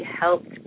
helped